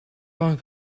van